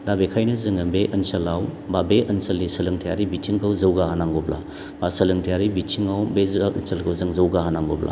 दा बेनिखायनो जोङो बे ओनसोलाव बा बे ओनसोलनि सोलोंथायारि बिथिंखौ जौगा होनांगौब्ला बा सोलोंथायारि बिथिङाव बे ओनसोलखौ जों जौगा होनांगौब्ला